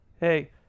hey